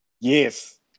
Yes